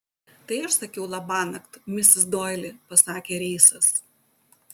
tai aš sakiau labanakt misis doili pasakė reisas